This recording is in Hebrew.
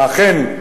ואכן,